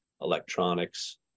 electronics